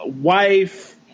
wife